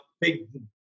big